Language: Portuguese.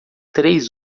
três